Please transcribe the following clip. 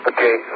Okay